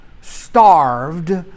starved